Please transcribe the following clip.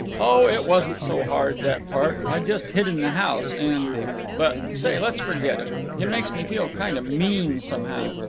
oh, it wasn't so hard, that part. i just hid in the house, and but say, let's forget it it makes me feel kind of mean, somehow.